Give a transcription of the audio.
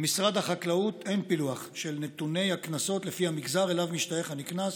למשרד החקלאות אין פילוח של נתוני הקנסות לפי המגזר שאליו משתייך הנקנס